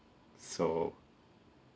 so